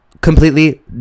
Completely